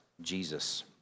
Jesus